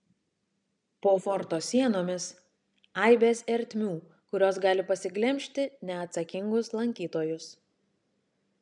po forto sienomis aibės ertmių kurios gali pasiglemžti neatsakingus lankytojus